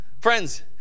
Friends